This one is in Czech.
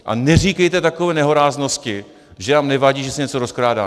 A neříkejte takové nehoráznosti, že nám nevadí, že se něco rozkrádá.